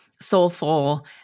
soulful